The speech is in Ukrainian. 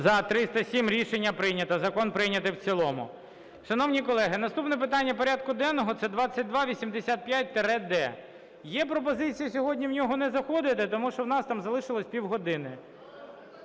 За-307 Рішення прийнято. Закон прийнятий в цілому. Шановні колеги, наступне питання порядку денного – це 2285-д. Є пропозиція сьогодні в нього не заходити, тому що в нас там залишилося півгодини.